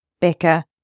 Becca